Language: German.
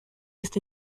ist